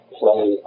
play